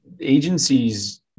agencies